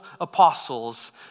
apostles